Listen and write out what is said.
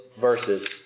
verses